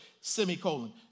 semicolon